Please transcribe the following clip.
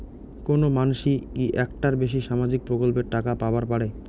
কোনো মানসি কি একটার বেশি সামাজিক প্রকল্পের টাকা পাবার পারে?